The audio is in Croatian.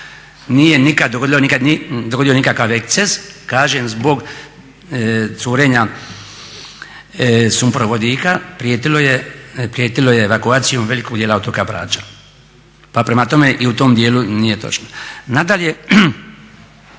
nije nikad dogodio nikakav ekces, kažem zbog curenja sumporovodika prijetilo je evakuacijom velikog dijela otoka Brača. Pa prema tome i u tom dijelu nije točno. Nadalje,